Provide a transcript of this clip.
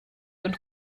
und